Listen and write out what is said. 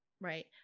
right